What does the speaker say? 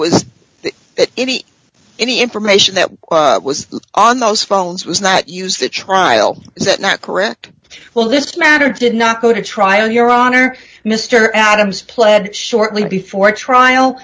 was any any information that was on those phones was not used to trial is that not correct well this matter did not go to trial your honor mr adams pled shortly before trial